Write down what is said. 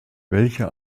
welche